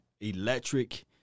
Electric